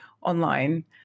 online